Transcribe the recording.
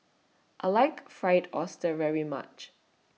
I like Fried Oyster very much